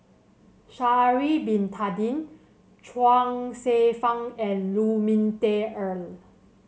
Sha'ari Bin Tadin Chuang Hsueh Fang and Lu Ming Teh Earl